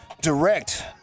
direct